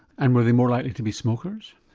and were they more likely to be smokers?